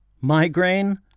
Migraine